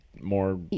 more